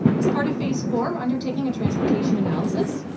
as part of phase four we're undertaking a transportation analysis.